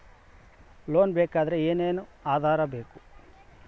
Loan ಬೇಕಾದ್ರೆ ಏನೇನು ಆಧಾರ ಬೇಕರಿ?